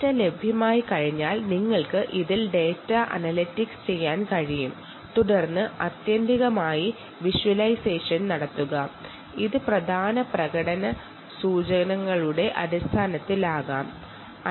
data ലഭ്യമായികഴിഞ്ഞാൽ നിങ്ങൾക്ക് ഇതിൽ ഡാറ്റ അനലിറ്റിക്സ് ചെയ്യാൻ കഴിയും തുടർന്ന് ഇതിൽ വിഷ്വലൈസേഷൻ നടത്തുക ഇത് പെർഫോർമെൻസിനെ അളക്കാവുന്ന രീതിയിലായിരിക്കണo ചെയ്യേണ്ടത്